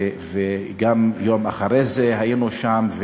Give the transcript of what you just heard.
וגם יום אחרי זה היינו שם.